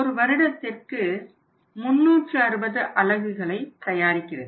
ஒரு வருடத்திற்கு 360 அலகுகளை தயாரிக்கிறது